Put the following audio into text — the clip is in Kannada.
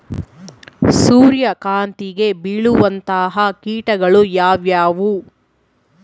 ಸೂರ್ಯಕಾಂತಿಗೆ ಬೇಳುವಂತಹ ಕೇಟಗಳು ಯಾವ್ಯಾವು?